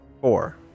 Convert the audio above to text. Four